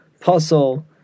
puzzle